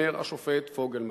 אומר השופט פוגלמן.